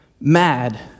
mad